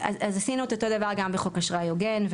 אז עשינו את אותו דבר גם בחוק אשראי הוגן,